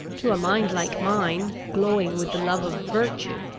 to a mind like mine, glowing with the love of virtue,